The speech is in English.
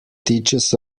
teaches